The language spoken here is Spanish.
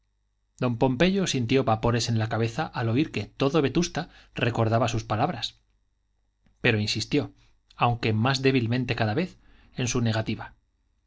don pompeyo sintió vapores en la cabeza al oír que todo vetusta recordaba sus palabras pero insistió aunque más débilmente cada vez en su negativa